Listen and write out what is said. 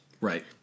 Right